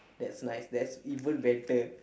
that's nice that's even better